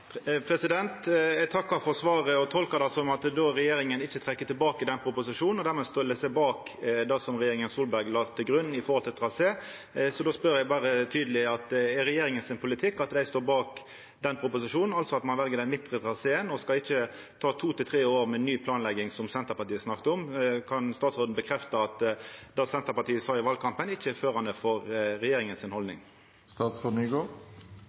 Eg takkar for svaret og tolkar det som at regjeringa ikkje trekkjer tilbake den proposisjonen, og dermed stiller seg bak det regjeringa Solberg la til grunn når det gjaldt trasé. Då spør eg berre tydeleg om det er regjeringa sin politikk at dei står bak den proposisjonen, altså at ein vel den midtre traseen, og at det ikkje skal ta to–tre år med ny planlegging, som Senterpartiet har snakka om. Kan statsråden bekrefta at det Senterpartiet sa i valkampen, ikkje er førande for regjeringa